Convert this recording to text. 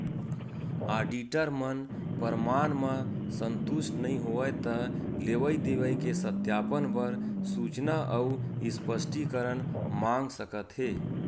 auditor मन परमान म संतुस्ट नइ होवय त लेवई देवई के सत्यापन बर सूचना अउ स्पस्टीकरन मांग सकत हे